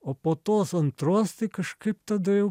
o po tos antros tai kažkaip tada jau